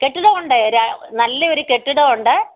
കെട്ടിടമുണ്ട് നാല്ലൊരു കെട്ടിടമുണ്ട്